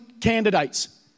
candidates